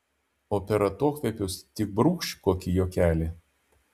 o per atokvėpius tik brūkšt kokį juokelį